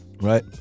Right